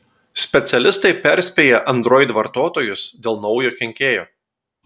specialistai perspėja android vartotojus dėl naujo kenkėjo